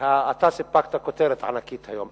אתה סיפקת כותרת ענקית היום.